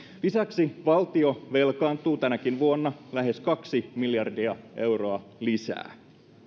lisäksi valtio velkaantuu tänäkin vuonna lähes kaksi miljardia euroa lisää